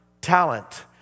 talent